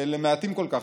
למעטים כל כך.